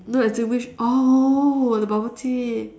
no as in which oh the bubble tea